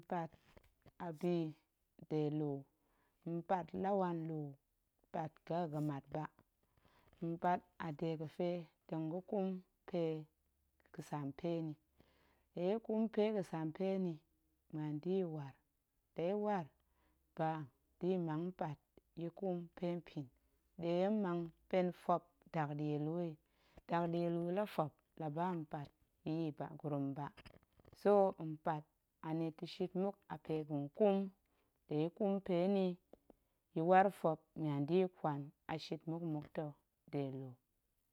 Pat a bi ga̱de lu, mpat la wan nlu mpat ga̱ a ga̱mat ba, mpat a dega̱ fe tong ga̱ ƙum pe ga̱sampe nni, la ya̱ ƙum pe ga̱sampe nni, muan da̱ ya̱ waar, ba da̱ ya̱ mang mpat ya̱ ƙum pe, mpin, ɗe mmang pen fop dakɗie lu yi, dakɗie lu la fop la ba mpat ya̱ a gurum ba, so mpat anita̱ shit muk a pe ga̱ƙum, tong ya̱ ƙum penni, ya̱ waar fop muan da̱ ya̱ ƙwan a shit muk mmuk ta̱ de lu.